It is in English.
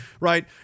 right